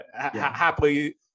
happily